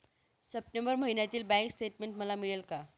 September महिन्यातील bank statement मला मिळेल का?